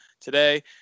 today